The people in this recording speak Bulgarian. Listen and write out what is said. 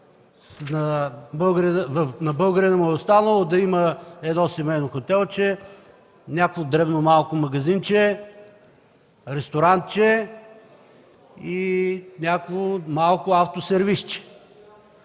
на българина му е останало да има едно семейно хотелче, някакво дребно, малко магазинче, ресторантче и някакво малко автосервизче.